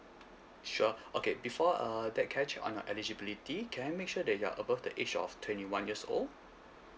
sure okay before uh that can I check on your eligibility can I make sure that you're above the age of twenty one years old